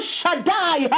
Shaddai